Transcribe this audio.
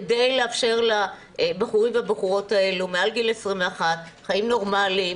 כדי לאפשר לבחורים ולבחורות האלו מעל גיל 21 חיים נורמליים,